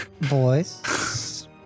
Boys